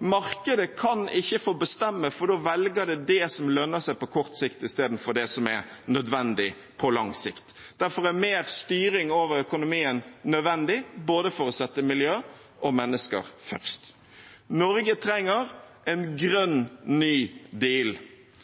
Markedet kan ikke få bestemme, for da velger det det som lønner seg på kort sikt, i stedet for det som er nødvendig på lang sikt. Derfor er mer styring over økonomien nødvendig for å sette miljø og mennesker først. Norge trenger en grønn ny